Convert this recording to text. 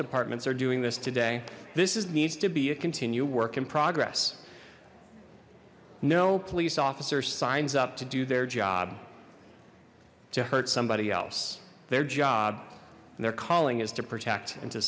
departments are doing this today this is needs to be a continued work in progress no police officer signs up to do their job to hurt somebody else their job and their calling is to protect and to